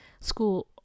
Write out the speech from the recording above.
school